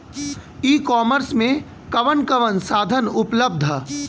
ई कॉमर्स में कवन कवन साधन उपलब्ध ह?